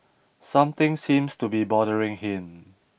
something seems to be bothering him